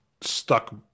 stuck